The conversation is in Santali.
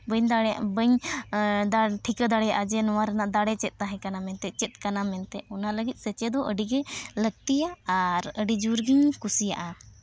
ᱵᱟᱹᱧ ᱫᱟᱲᱮ ᱵᱟᱹᱧ ᱴᱷᱤᱠᱟᱹ ᱫᱟᱲᱮᱭᱟᱜᱼᱟ ᱡᱮ ᱱᱚᱣᱟ ᱨᱮᱱᱟᱜ ᱫᱟᱲᱮ ᱪᱮᱫ ᱛᱟᱦᱮᱸᱠᱟᱱᱟ ᱢᱮᱱᱛᱮᱫ ᱪᱮᱫ ᱠᱟᱱᱟ ᱢᱮᱱᱛᱮᱫ ᱚᱱᱟ ᱞᱟᱹᱜᱤᱫ ᱥᱮᱪᱮᱫᱚᱜ ᱟᱹᱰᱤᱜᱮ ᱞᱟᱹᱠᱛᱤᱭᱟ ᱟᱨ ᱟᱹᱰᱤ ᱡᱳᱨᱜᱤᱧ ᱠᱩᱥᱤᱭᱟᱜᱼᱟ